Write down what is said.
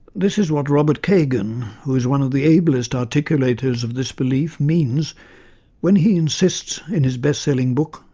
this is what robert kagan, who is one of the ablest articulators of this belief, means when he insists in his best-selling book,